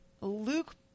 Luke